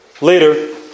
Later